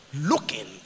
Looking